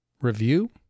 review